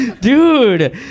Dude